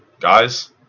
Guys